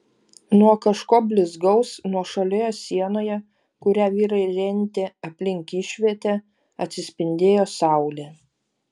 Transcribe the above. nuo kažko blizgaus nuošalioje sienoje kurią vyrai rentė aplink išvietę atsispindėjo saulė